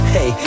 Hey